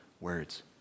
words